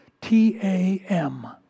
T-A-M